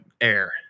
air